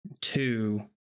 Two